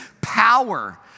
power